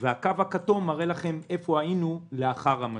והקו הכתוב מראה לכם איפה היינו לאחר המשבר.